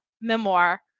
memoir